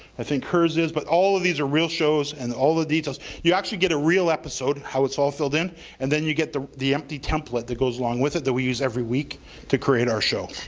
i think hers is but all of these are real shows and all the details. you actually get a real episode how it's all filled in and then you get the the empty template that goes along with it that we use every week to create our show.